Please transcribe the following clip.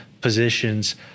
positions